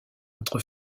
entre